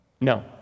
No